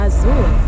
Azul